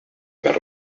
per